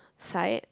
side